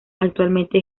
actualmente